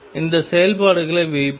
அந்த செயல்பாடுகளை வைப்போம்